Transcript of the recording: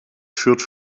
führt